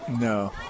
No